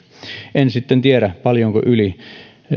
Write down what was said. en sitten tiedä paljonko yli